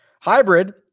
Hybrid